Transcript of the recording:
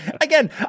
Again